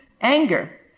anger